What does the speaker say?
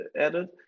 added